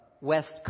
west